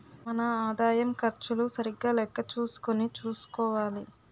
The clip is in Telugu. మన ఆదాయం ఖర్చులు సరిగా లెక్క చూసుకుని చూసుకోవాలి